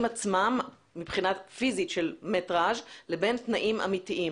הפיזיים עצמם של גודל התא לבין תנאים אמיתיים.